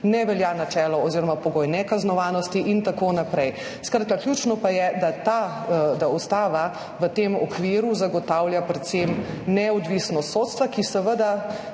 velja načelo oziroma pogoj nekaznovanosti in tako naprej. Ključno pa je, da ustava v tem okviru zagotavlja predvsem neodvisnost sodstva, ki seveda